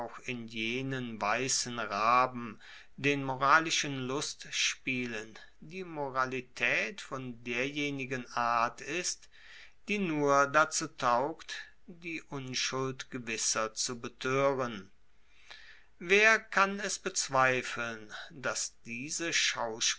in jenen weissen raben den moralischen lustspielen die moralitaet von derjenigen art ist die nur dazu taugt die unschuld gewisser zu betoeren wer kann es bezweifeln dass diese